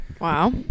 Wow